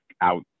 out